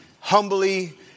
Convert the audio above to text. humbly